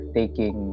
taking